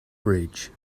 bridge